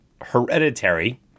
hereditary